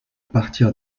partir